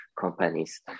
companies